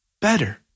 better